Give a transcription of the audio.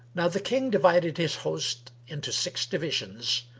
now the king divided his host into six divisions,